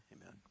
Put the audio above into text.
amen